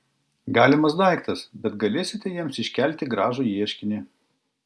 galimas daiktas bet galėsite jiems iškelti gražų ieškinį